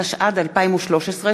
התשע"ד 2013,